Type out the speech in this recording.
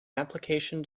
application